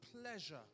pleasure